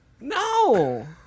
No